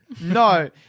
No